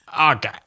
Okay